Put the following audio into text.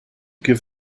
give